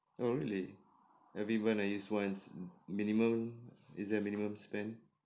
oh really every when I use once minimum is there a minimum spend